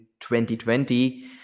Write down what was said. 2020